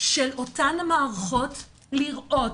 של אותן המערכות לראות,